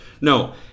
No